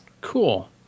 Cool